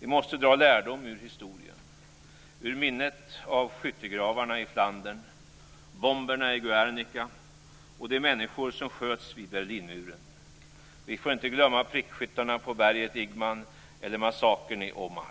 Vi måste dra lärdom ur historien - ur minnet av skyttegravarna i Flandern, bomberna i Guernica och de människor som sköts vid Berlinmuren. Vi får inte glömma prickskyttarna på berget Igman eller massakern i Omagh.